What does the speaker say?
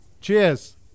Cheers